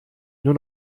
nur